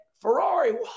Ferrari